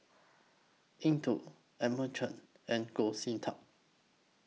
Eng Tow Edmund Chen and Goh Sin Tub